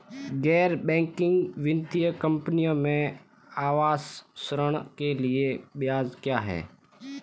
गैर बैंकिंग वित्तीय कंपनियों में आवास ऋण के लिए ब्याज क्या है?